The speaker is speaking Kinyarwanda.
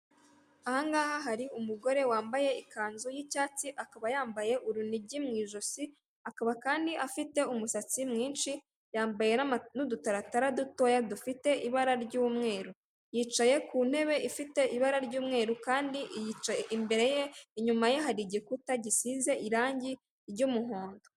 Aha ngaha hari umugore wambaye ikanzu y'icyatsi akaba yambaye urunigi mu ijosi akaba kandi afite umusatsi mwinshi yambaye nama n'udutaratara dutoya dufite ibara ry'umweru, yicaye ku ntebe ifite ibara ry'umweru kandi yicaye imbere ye inyuma ye hari igikuta gisize irangi ry'umuhondo.